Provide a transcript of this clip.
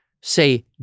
say